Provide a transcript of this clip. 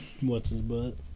what's-his-butt